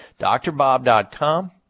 drbob.com